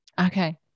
Okay